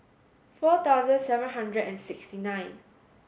four thousand seven hundred and sixty nine